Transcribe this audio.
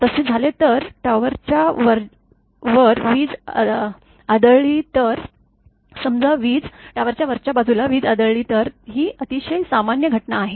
तसे झाले तर टॉवर च्या वरवीज आदळली तर समजा वीज टॉवरच्या वरच्या बाजूला वीज आदळली तर ही अतिशय सामान्य घटना आहे